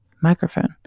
microphone